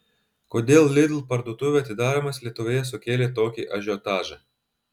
kodėl lidl parduotuvių atidarymas lietuvoje sukėlė tokį ažiotažą